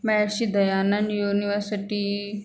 Maharshi Dayanand university